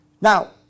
Now